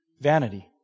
vanity